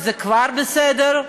וזה כבר בסדר.